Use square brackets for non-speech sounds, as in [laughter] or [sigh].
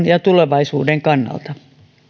[unintelligible] ja tulevaisuuden kannalta